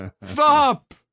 stop